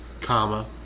comma